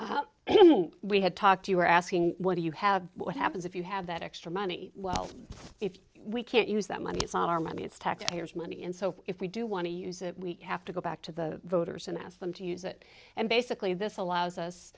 like we had talked to you were asking what do you have what happens if you have that extra money well if we can't use that money it's our money it's taxpayers money so if we do want to use it we have to go back to the voters and ask them to use it and basically this allows us